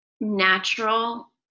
natural